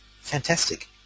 fantastic